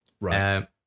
Right